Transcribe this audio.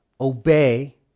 obey